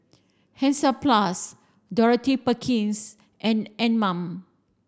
Hansaplast Dorothy Perkins and Anmum